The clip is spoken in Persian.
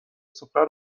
سفره